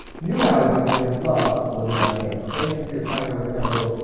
new housing, i loved living on campus. thank you for your kind words emerald.